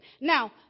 Now